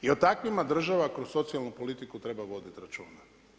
I o takvima država kroz socijalnu politiku treba voditi računa.